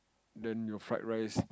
then your fried rice